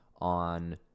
on